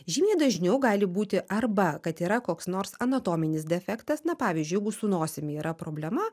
žymiai dažniau gali būti arba kad yra koks nors anatominis defektas na pavyzdžiui jeigu su nosim yra problema